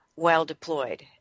well-deployed